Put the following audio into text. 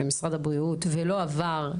ממשרד הבריאות זה לא עבר,